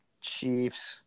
Chiefs